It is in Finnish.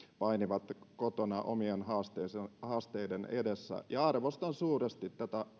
painivat kotona omien haasteidensa haasteidensa edessä ja arvostan suuresti